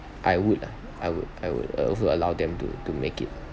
I would ah I would I would also allow them to to make it